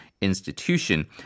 Institution